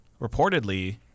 reportedly